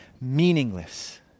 meaningless